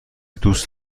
دوست